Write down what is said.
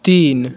तीन